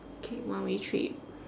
okay one way trip